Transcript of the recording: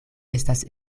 estas